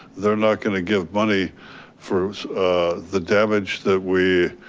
they're not going to give money for the damage that we